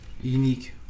unique